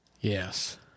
Yes